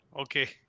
okay